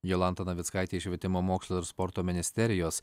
jolanta navickaitė švietimo mokslo ir sporto ministerijos